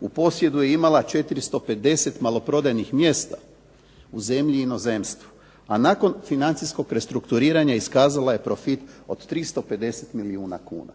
U posjedu je imala 450 maloprodajnih mjesta u zemlji i inozemstvu a nakon financijskog restrukturiranja iskazala je profit od 350 milijuna kuna.